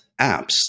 apps